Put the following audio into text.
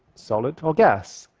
solid or gas.